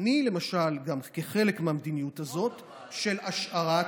אני, למשל, כחלק מהמדיניות הזאת של השארת,